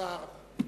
כבוד השר המקשר.